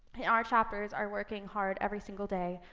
our chapters are working hard every single day.